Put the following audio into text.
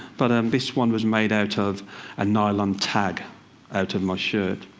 but um this one was made out of a nylon tag out of my shirt.